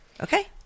Okay